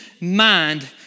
mind